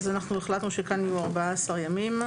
אז אנחנו החלטנו שכאן יהיו 14 ימים.